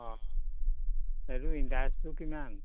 অ' এইটো ইণ্টাৰেষ্টটো কিমান